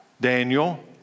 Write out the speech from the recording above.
Daniel